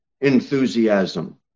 enthusiasm